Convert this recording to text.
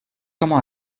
comment